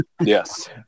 yes